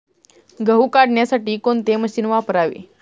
गहू काढण्यासाठी कोणते मशीन वापरावे?